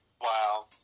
wow